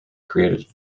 created